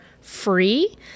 free